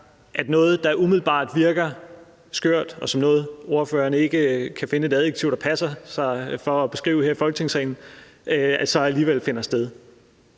at noget, der umiddelbart virker skørt, og som ordføreren ikke kan finde et adjektiv som det passer sig at beskrive det med her i Folketingssalen, så alligevel finder sted.